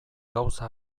gauza